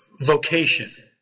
vocation